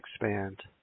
expand